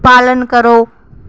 पालन करो